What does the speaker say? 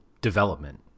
development